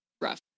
rough